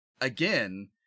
again